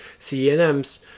CNMs